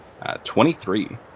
23